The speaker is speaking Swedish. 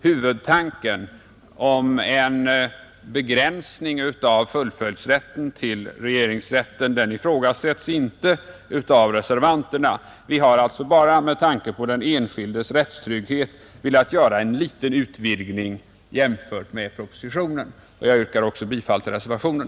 Huvudtanken om en begränsning av full följdsrätten till regeringsrätten ifrågasätts inte av reservanterna. Vi har bara, med tanke på den enskildes rättstrygghet, velat göra en liten utvidgning jämfört med propositionen. Herr talman! Jag yrkar bifall till reservationen.